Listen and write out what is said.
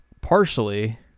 Partially